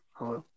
Hello